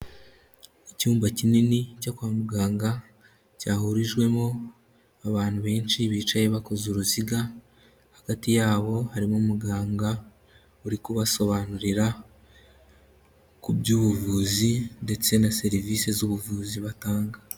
Icyumba kinini cyo kwa muganga cyahurijwemo abantu benshi bicaye bakoze uruziga, hagati yabo harimo umuganga uri kubasobanurira ku by'ubuvuzi ndetse na serivise z'ubuvuzi batanga.